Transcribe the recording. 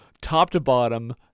top-to-bottom